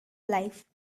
life